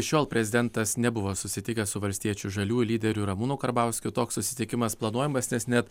šiol prezidentas nebuvo susitikęs su valstiečių žaliųjų lyderiu ramūnu karbauskiu toks susitikimas planuojamas nes net